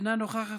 אינה נוכחת,